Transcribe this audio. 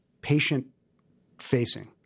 patient-facing